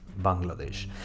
Bangladesh